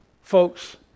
folks